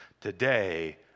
Today